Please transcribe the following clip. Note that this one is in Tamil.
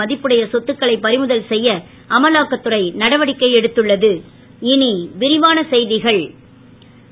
மதிப்புடைய சொத்துகளை பறிமுதல் செய்ய அமலாக்கத்துறை நடவடிக்கை எடுத்துள்ள து